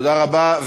תודה רבה.